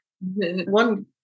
One